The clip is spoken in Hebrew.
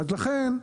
לכן,